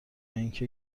اینکه